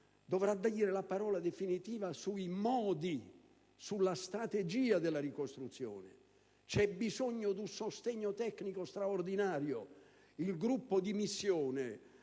dover dire la parola definitiva sui modi e sulla strategia della ricostruzione: c'è dunque bisogno di un sostegno tecnico straordinario. Il gruppo di missione,